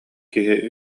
киһи